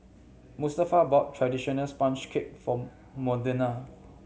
Mustafa bought traditional sponge cake for Modena